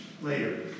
later